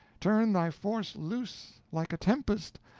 turn thy force loose like a tempest,